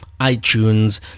itunes